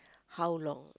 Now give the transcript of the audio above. how long